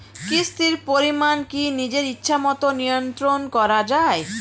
কিস্তির পরিমাণ কি নিজের ইচ্ছামত নিয়ন্ত্রণ করা যায়?